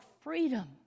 freedom